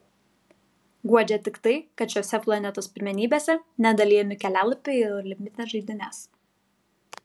guodžia tik tai kad šiose planetos pirmenybėse nedalijami kelialapiai į olimpines žaidynes